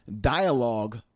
dialogue